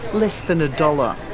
less than a dollar.